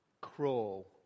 crawl